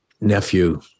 nephew